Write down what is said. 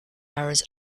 hours